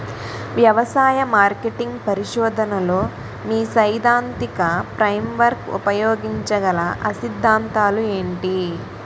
వ్యవసాయ మార్కెటింగ్ పరిశోధనలో మీ సైదాంతిక ఫ్రేమ్వర్క్ ఉపయోగించగల అ సిద్ధాంతాలు ఏంటి?